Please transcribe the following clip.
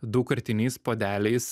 daugkartiniais puodeliais